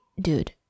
dude